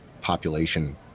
population